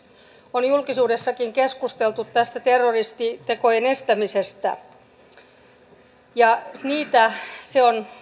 on julkisuudessakin keskusteltu tästä terroristitekojen estämisestä se on